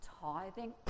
tithing